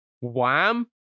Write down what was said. Wham